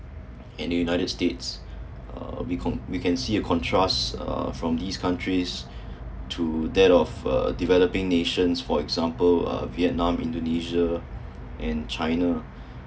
and united states uh we con~ we can see a contrast uh from these countries to that of uh developing nations for example uh vietnam indonesian and china